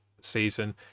season